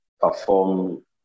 perform